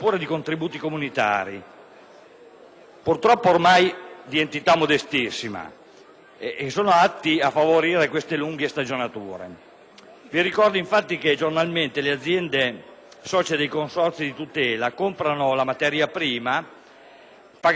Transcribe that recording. purtroppo ormai di entità modestissima - proprio per favorire le lunghe stagionature. Ricordo che giornalmente le aziende socie di consorzi di tutela comprano la materia prima, pagando entro i primi 60 giorni